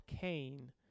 Cain